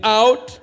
out